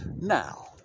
Now